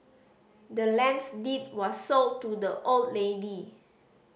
the land's deed was sold to the old lady